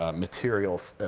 ah material,